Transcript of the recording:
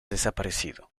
desaparecido